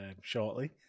shortly